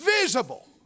visible